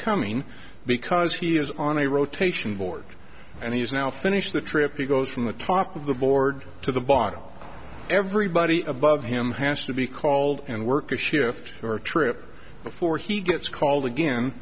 coming because he is on a rotation board and he has now finished the trip he goes from the top of the board to the bottom everybody above him has to be called and work or shift or trip before he gets called again